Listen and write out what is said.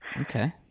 okay